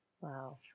Wow